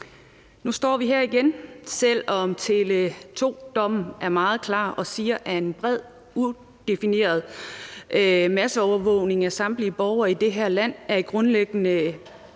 Nu står vi her igen, selv om Tele2-dommen er meget klar og siger, at en bred, udefineret masseovervågning af samtlige borgere i det her land er i strid med